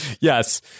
Yes